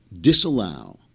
disallow